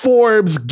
Forbes